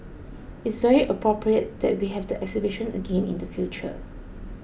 it's very appropriate that we have the exhibition again in the future